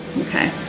Okay